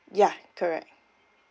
yeah correct